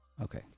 Okay